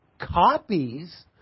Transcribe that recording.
copies